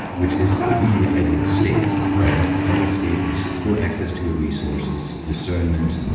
which is really the ideal state right the ideal state is full access to your resources, discernment,